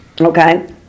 Okay